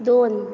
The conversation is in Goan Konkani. दोन